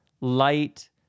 light